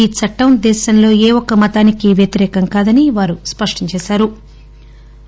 ఈ చట్టం దేశంలో ఏ ఒక్క మతానికి వ్యతిరేకం కాదని వారు స్పష్టం చేశారు